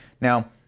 Now